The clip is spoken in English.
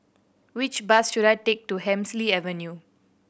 which bus should I take to Hemsley Avenue